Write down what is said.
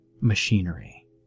machinery